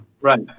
Right